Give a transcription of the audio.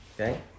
Okay